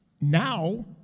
Now